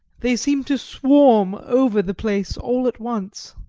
they seemed to swarm over the place all at once,